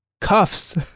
Cuffs